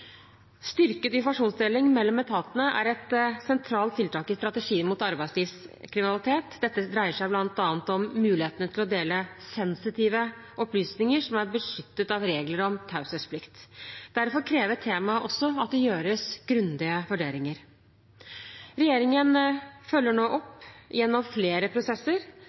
Styrket informasjonsdeling mellom etatene er et sentralt tiltak i strategien mot arbeidslivskriminalitet. Dette dreier seg bl.a. om mulighetene for å dele sensitive opplysninger som er beskyttet av regler om taushetsplikt. Derfor krever temaet at det gjøres grundige vurderinger. Regjeringen følger nå opp gjennom flere prosesser.